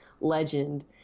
legend